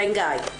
גיא,